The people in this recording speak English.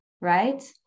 right